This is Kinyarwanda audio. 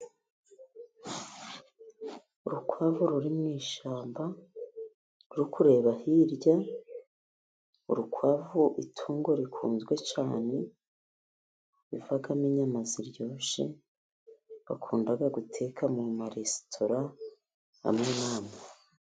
Urukwavu ruri mu ishyamba, ruri kureba hirya, urukwavu itungo rikunzwe cyane, rivamo inyama ziryoshye, bakunda guteka mu maresitora amwe n'amwe.